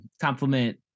compliment